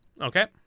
Okay